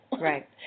Right